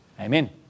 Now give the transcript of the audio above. Amen